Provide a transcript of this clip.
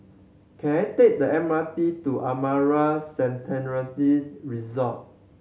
can I take the M R T to Amara Sanctuary Resort